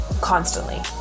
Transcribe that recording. constantly